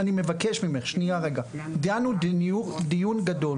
דנו דיון גדול.